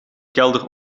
kelder